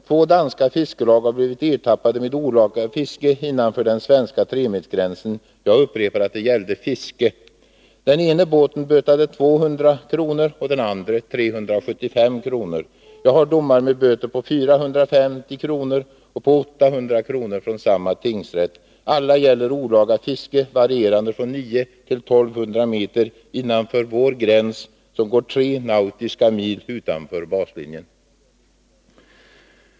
Två danska fiskelag hade blivit ertappade med olaga fiske innanför den svenska tremilsgränsen. Jag upprepar att det gällde fiske. Den ena båten bötade 200 kr. och den andra 375 kr. Jag har domar med böter på 450 kr. och på 800 kr. från samma tingsrätt. Alla gäller olaga fiske, varierande från 900 meter till 1200 meter innanför vår gräns, som går 3 nautiska mil utanför baslinjen.